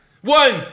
One